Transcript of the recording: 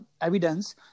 evidence